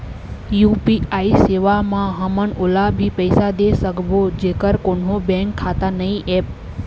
UPI सेवा म हमन ओला भी पैसा दे सकबो जेकर कोन्हो बैंक खाता नई ऐप?